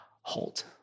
halt